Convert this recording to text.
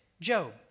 Job